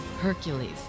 Hercules